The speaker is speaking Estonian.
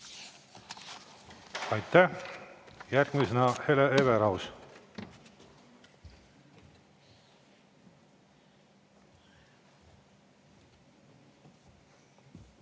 Aitäh! Järgmisena Hele Everaus.